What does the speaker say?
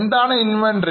എന്താണ് inventory